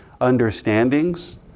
understandings